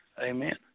Amen